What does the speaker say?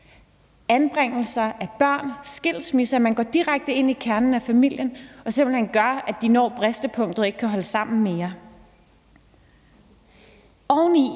anbringelser af børn. Man går direkte ind i kernen af familien og gør noget, der gør, at de når bristepunktet og ikke kan holde sammen mere. Oven